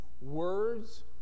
words